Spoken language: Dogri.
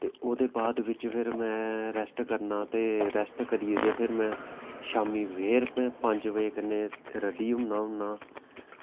ते ओह्दे बाद बिच फिर में रेस्ट करना ते रेस्ट करियै ते फिर में शामीं फिर पंज बजे कन्नै रेडी होन्ना होन्ना